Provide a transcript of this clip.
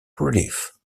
relief